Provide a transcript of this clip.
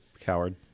Coward